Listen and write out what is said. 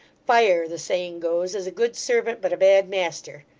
fire, the saying goes, is a good servant, but a bad master.